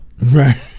Right